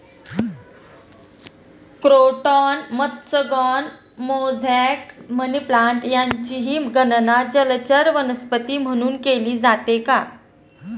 croton मत्स्यांगना, mosaic, money plant यांचीही गणना जलचर वनस्पती म्हणून केली जाते